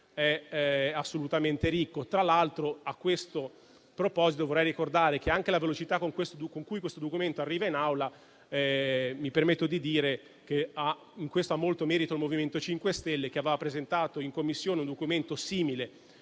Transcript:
è assolutamente ricco. Tra l'altro, a questo proposito mi permetto di ricordare che anche la velocità con cui questo documento arriva in Aula è da ascrivere come merito al MoVimento 5 Stelle, che aveva presentato in Commissione un documento simile